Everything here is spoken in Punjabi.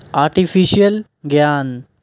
ਆਰਟੀਫੀਸ਼ੀਅਲ ਗਿਆਨ